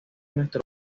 nuestro